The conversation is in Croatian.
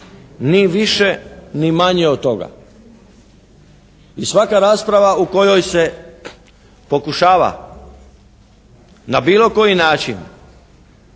Ni više, ni manje od toga. I svaka rasprava u kojoj se pokušava na bilo koji način